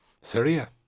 Syria